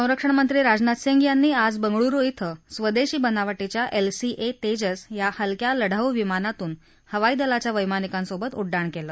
संरक्षणमंत्री राजनाथ सिंग यांनी आज बंगळुरु धिं स्वदेशी बनावटीच्या एलसीए तेजस या हलक्या लढाऊ विमानातून हवाई दलाच्या वैमानिकासोबत उड्डाण केलं